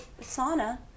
sauna